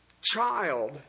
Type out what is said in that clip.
child